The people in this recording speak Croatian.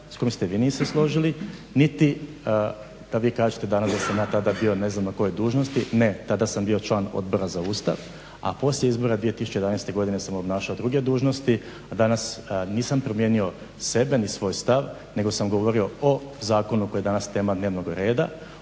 s kojim ste vi niste složili niti kad vi kažete danas da sam ja tada bio ne znam na kojoj dužnosti. Ne, tada sam bio član Odbora za Ustav a poslije izbora 2011. godine sam obnašao druge dužnosti, a danas nisam promijenio sebe ni svoj stav nego sam govorio o zakonu koji je danas tema dnevnog reda,